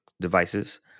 devices